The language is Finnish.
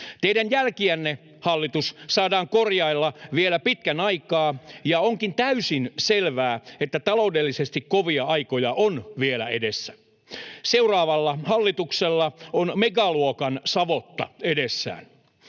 Teidän jälkiänne, hallitus, saadaan korjailla vielä pitkän aikaa, ja onkin täysin selvää, että taloudellisesti kovia aikoja on vielä edessä. Seuraavalla hallituksella on megaluokan savotta edessään.